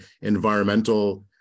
environmental